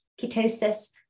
ketosis